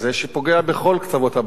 שפוגע בכל קצוות הבית,